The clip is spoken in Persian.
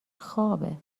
خوابه